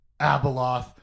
Abeloth